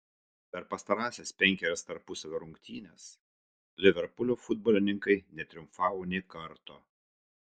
per pastarąsias penkerias tarpusavio rungtynes liverpulio futbolininkai netriumfavo nė karto